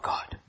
God